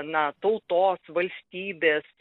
na tautos valstybės